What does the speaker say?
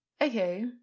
okay